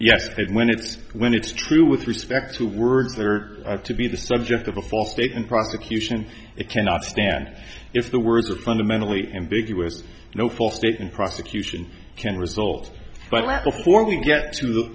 but when it's when it's true with respect to words or to be the subject of a false statement prosecution it cannot stand if the words are fundamentally ambiguous no false statement prosecution can result but let before we get to the